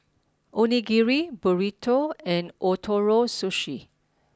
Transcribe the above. Onigiri Burrito and Ootoro Sushi